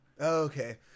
Okay